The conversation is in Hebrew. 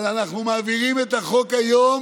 אבל אנחנו מעבירים את החוק היום